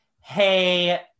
hey